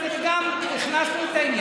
חבר הכנסת מרגי,